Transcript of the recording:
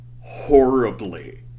horribly